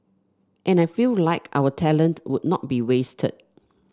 and I feel like our talent would not be wasted